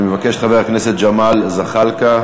אני מבקש את חבר הכנסת ג'מאל זחאלקה,